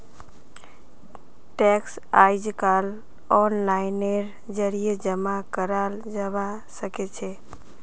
tax अइजकाल ओनलाइनेर जरिए जमा कराल जबा सखछेक